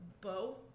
bow